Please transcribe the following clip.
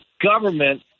government